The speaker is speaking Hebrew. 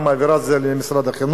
משרד התחבורה מעביר את זה למשרד החינוך,